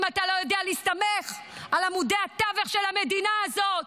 אם אתה לא יודע להסתמך על עמודי התווך של המדינה הזאת?